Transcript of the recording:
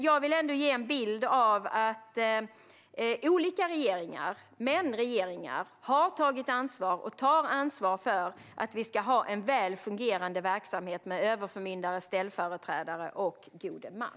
Jag vill ändå ge en bild av att regeringen - olika regeringar - har tagit och tar ansvar för att vi ska ha en väl fungerande verksamhet med överförmyndare, ställföreträdare och gode män.